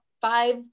five